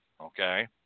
okay